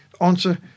answer